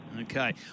Okay